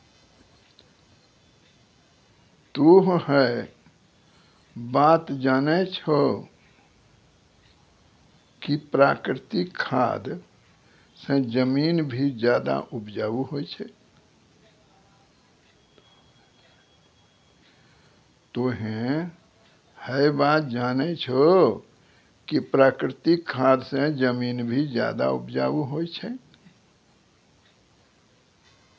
तोह है बात जानै छौ कि प्राकृतिक खाद स जमीन भी ज्यादा उपजाऊ होय छै